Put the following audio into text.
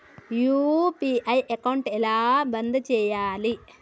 UPI account ఎలా బంద్ చేయాలి?